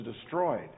destroyed